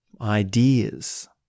ideas